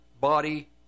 body